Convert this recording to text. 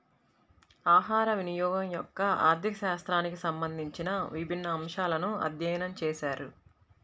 ఆహారవినియోగం యొక్క ఆర్థిక శాస్త్రానికి సంబంధించిన విభిన్న అంశాలను అధ్యయనం చేశారు